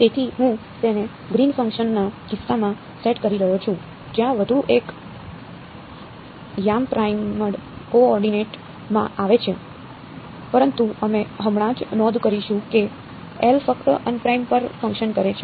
તેથી હું તેને ગ્રીન ફંક્શનના કિસ્સામાં સેટ કરી રહ્યો છું જ્યાં વધુ એક યામ પ્રાઈમડ કો ઓર્ડીનેટ માં આવે છે પરંતુ અમે હમણાં જ નોંધ કરીશું કે L ફક્ત અનપ્રાઇમ પર ફંકશન કરે છે